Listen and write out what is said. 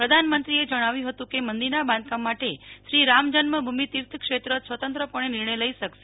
પ્રધાનમંત્રીએ જણાવ્યું હતું કે મંદિરના બાંધકામ માટે શ્રી રામ જન્મભૂમિ તીર્થ ક્ષેત્ર સ્વતંત્ર પણે નિર્ણય લઈ શકશે